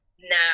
now